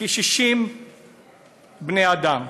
כ-60 בני אדם,